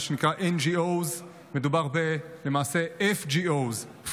מה שנקרא NGOS. מדובר למעשה ב-FGOS,